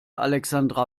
alexandra